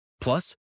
Plus